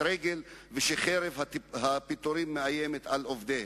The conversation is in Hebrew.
רגל ושחרב הפיטורים מאיימת על עובדיהם.